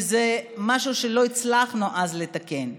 וזה משהו שלא הצלחנו לתקן אז,